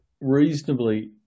reasonably